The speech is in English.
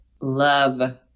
love